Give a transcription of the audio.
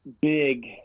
big